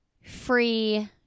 free